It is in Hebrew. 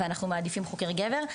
ואנחנו מעדיפים חוקר גבר,